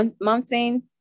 mountain